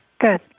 good